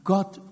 God